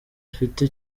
afite